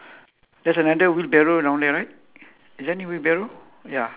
ya ya on the floor my one is a full sack I mean full potato at the sack